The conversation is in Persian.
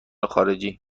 خارجی